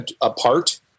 apart